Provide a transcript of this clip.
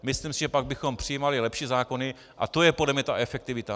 Myslím si, že pak bychom přijímali lepší zákony, a to je podle mne ta efektivita.